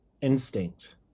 instinct